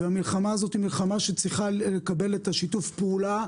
והמלחמה הזאת היא מלחמה שצריכה לקבל את שיתוף הפעולה